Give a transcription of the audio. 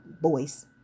boys